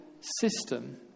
system